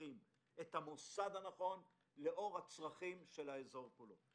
הצרכים את המוסד הנכון לאור הצרכים של האזור כולו.